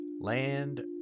land